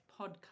podcast